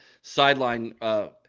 sideline